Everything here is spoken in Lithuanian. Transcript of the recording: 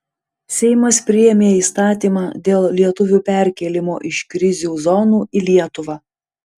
seimas priėmė įstatymą dėl lietuvių perkėlimo iš krizių zonų į lietuvą